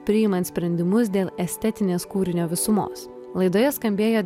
priimant sprendimus dėl estetinės kūrinio visumos laidoje skambėjo